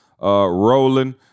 rolling